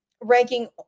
ranking